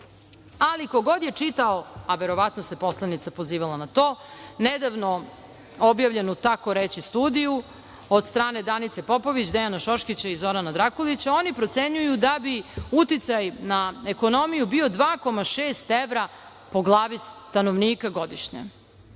ko god je čitao, a verovatno se poslanica pozivala na to, nedavno obavljeno tako reći studiju, od strane Danice Popović, Dejana Šoškića i Zorana Drakulića, oni procenjuju da bi uticaj na ekonomiju bio 2,6 evra po glavi stanovnika godišnje. Ne